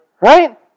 Right